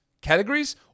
categories